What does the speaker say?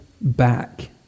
back